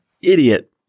idiot